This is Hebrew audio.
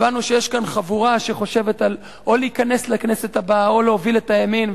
הבנו שיש פה חבורה שחושבת על או להיכנס לכנסת הבאה או להוביל את הימין,